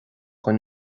don